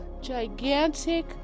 gigantic